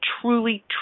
truly